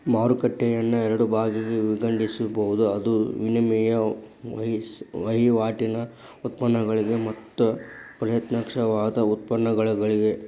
ಮಾರುಕಟ್ಟೆಯನ್ನ ಎರಡ ಭಾಗಾಗಿ ವಿಂಗಡಿಸ್ಬೊದ್, ಅದು ವಿನಿಮಯ ವಹಿವಾಟಿನ್ ಉತ್ಪನ್ನಗಳಿಗೆ ಮತ್ತ ಪ್ರತ್ಯಕ್ಷವಾದ ಉತ್ಪನ್ನಗಳಿಗೆ